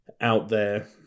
out-there